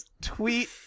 tweet